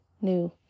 new